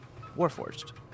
Warforged